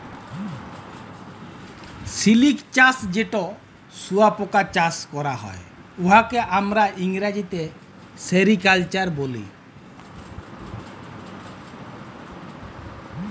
সিলিক চাষ যেট শুঁয়াপকা চাষ ক্যরা হ্যয়, উয়াকে আমরা ইংরেজিতে সেরিকালচার ব্যলি